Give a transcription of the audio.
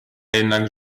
jednak